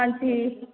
ਹਾਂਜੀ